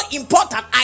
important